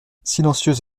silencieuse